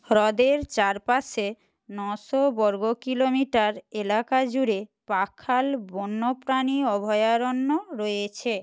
হ্রদের চারপাশে নশো বর্গ কিলোমিটার এলাকা জুড়ে পাখাল বন্যপ্রাণী অভয়ারণ্য রয়েছে